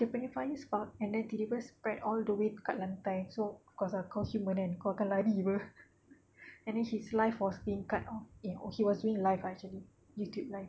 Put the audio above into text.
dia punya fire spark and then tiba-tiba spread all the way dekat lantai so pasal kau human kan kau akan lari apa and then his live was being cut off oh he was doing live ah actually YouTube live